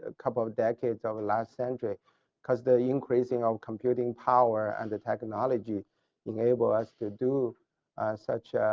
ah couple of decades of the last century because the increasing of computing power and technology enable us to do such